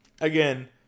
again